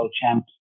Champs